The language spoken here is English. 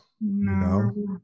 no